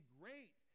great